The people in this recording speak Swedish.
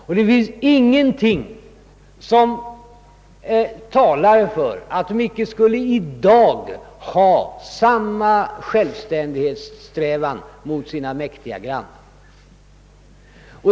Och det finns ingenting som talar för att vietnameserna inte i dag skulle ha samma självständighetssträvan gentemot sina mäktiga grannar.